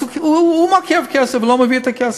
אז הוא מעכב כסף ולא מעביר את הכסף.